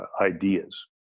ideas